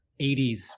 80s